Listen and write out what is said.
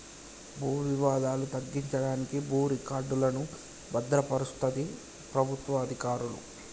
భూ వివాదాలు తగ్గించడానికి భూ రికార్డులను భద్రపరుస్తది ప్రభుత్వ అధికారులు